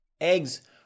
Eggs